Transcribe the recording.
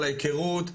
על ההיכרות,